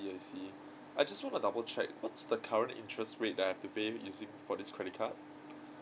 I see I see I just wanna double check what's the current interest rate that I have to pay is it for this credit card